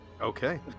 Okay